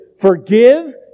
Forgive